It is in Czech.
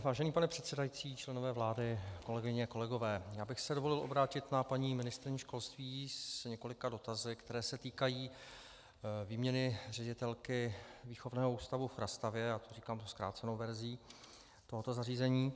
Vážený pane předsedající, členové vlády, kolegyně, kolegové, já bych si dovolil obrátit se na paní ministryni školství s několika dotazy, které se týkají výměny ředitelky výchovného ústavu v Chrastavě, já tu říkám zkrácenou verzi tohoto zařízení.